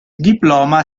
diploma